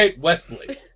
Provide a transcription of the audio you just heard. Wesley